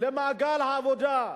למעגל העבודה.